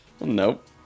nope